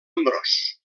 ambròs